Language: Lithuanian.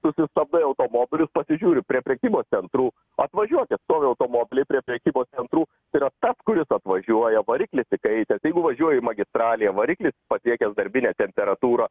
susistabdai automobilius pasižiūri prie prekybos centrų atvažiuokit stovi automobiliai prie prekybos centrų tai yra tas kuris atvažiuoja variklis įkaitęs jeigu važiuoji magistralėje variklis pasiekęs darbinę temperatūrą